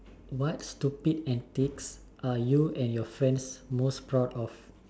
what stupid antics you and your friend are most proud of